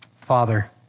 Father